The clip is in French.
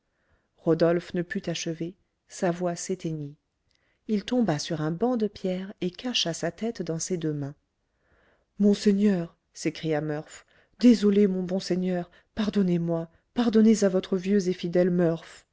rodolphe ne put achever sa voix s'éteignit il tomba sur un banc de pierre et cacha sa tête dans ses deux mains monseigneur s'écria murph désolé mon bon seigneur pardonnez-moi pardonnez à votre vieux et fidèle murph